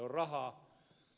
on rahaa